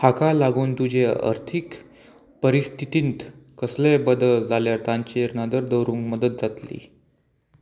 हाका लागून तुजे अर्थीक परिस्थितींत कसलेय बदल जाल्या तांचेर नदर दवरूंक मदत जातली